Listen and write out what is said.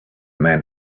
man